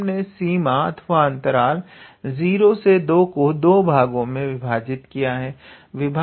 तो हमने सीमा अथवा अंतराल 02 को दो भागों में विभाजित किया है